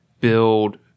build